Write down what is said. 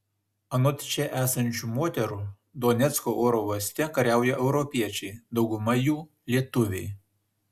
anot čia esančių moterų donecko oro uoste kariauja europiečiai dauguma jų lietuviai